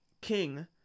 king